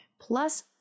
plus